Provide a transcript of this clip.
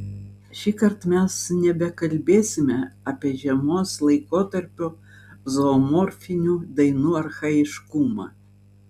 šįkart mes nebekalbėsime apie žiemos laikotarpio zoomorfinių dainų archaiškumą